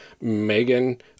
Megan